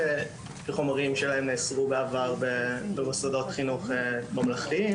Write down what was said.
שהחומרים שלהם נאסרו בעבר במוסדות חינוך ממלכתיים.